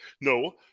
No